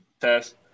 test